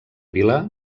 vila